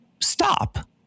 stop